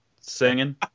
singing